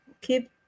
keep